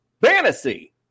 Fantasy